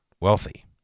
wealthy